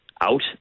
out